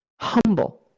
humble